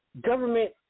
government